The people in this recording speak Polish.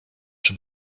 czy